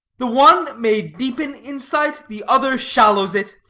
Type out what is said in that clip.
the one may deepen insight, the other shallows it.